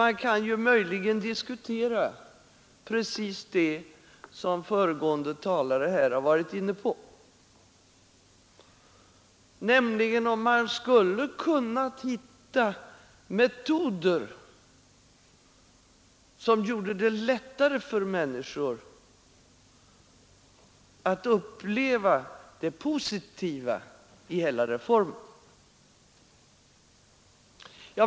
Men man kan möjligen diskutera precis det som föregående talare här har varit inne på, nämligen om man skulle kunna hitta metoder som gjorde det lättare för människor att erfara det positiva i hela reformen.